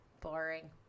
boring